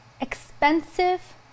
expensive